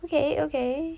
okay okay